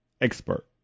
expert